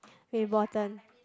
very important